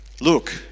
Look